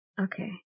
Okay